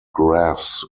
graphs